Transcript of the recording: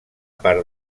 part